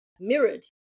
mirrored